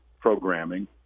programming